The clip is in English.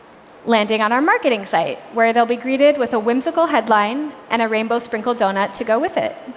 landing on our marketing site, where they'll be greeted with a whimsical headline and a rainbow sprinkled donut to go with it.